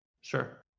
Sure